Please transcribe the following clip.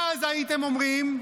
מה אז הייתם אומרים?